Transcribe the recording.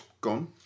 gone